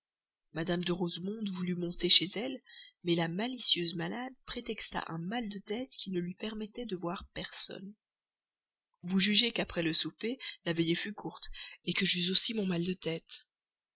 mme de rosemonde voulut monter chez elle mais la malicieuse malade prétexta un mal de tête qui ne lui permettait de voir personne vous jugez qu'après le souper la veillée fut courte que j'eus aussi mon mal de tête